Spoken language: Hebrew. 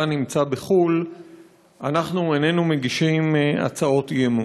נמצא בחו"ל אנחנו איננו מגישים הצעות אי-אמון,